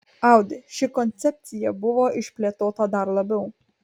audi ši koncepcija buvo išplėtota dar labiau